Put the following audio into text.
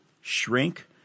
shrink